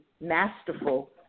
masterful